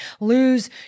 lose